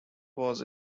was